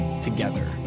together